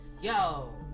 Yo